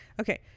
okay